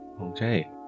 Okay